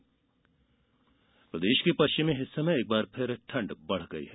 मौसम प्रदेश के पश्चिमी हिस्से में एक बार फिर ठंड बढ गई है